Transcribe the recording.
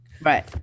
Right